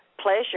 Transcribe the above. pleasure